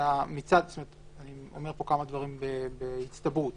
אני אומר פה כמה דברים בהצטברות